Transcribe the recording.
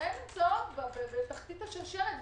שהן נמצאות בתחתית השרשרת.